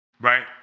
right